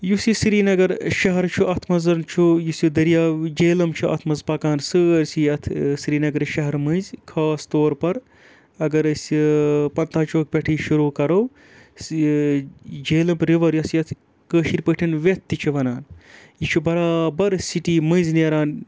یُس یہِ سریٖنَگر شہَر چھُ اَتھ مَنٛز چھُ یُس یہِ دٔریاو جہلَم چھُ اَتھ مَنٛز پَکان سٲرسٕے یتھ سرینَگرٕ شہَر مٔنٛزۍ خاص طور پَر اگر أسہِ پَنتھا چوک پیٹھٕے شروع کَرو جہلِم رِوَر یۄس یَتھ کٲشِر پٲٹھۍ ویٚتھ تہِ چھِ وَنان یہِ چھُ بَرابَر سِٹی مٔنٛزۍ نیران